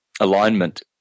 alignment